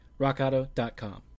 RockAuto.com